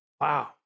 wow